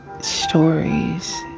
stories